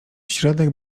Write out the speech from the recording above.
środek